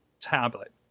tablet